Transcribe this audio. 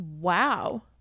wow